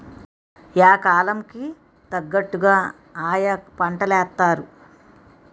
yeah కాలం కి తగ్గట్టుగా ఆయా పంటలేత్తారు